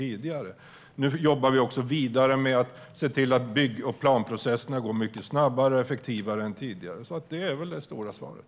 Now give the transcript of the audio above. Vi jobbar också vidare med att se till att bygg och planprocesserna går mycket snabbare och effektivare än tidigare. Det är väl det stora svaret.